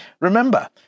Remember